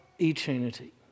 eternity